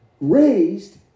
raised